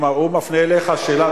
אם הוא מפנה אליך שאלה,